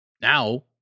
now